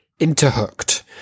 interhooked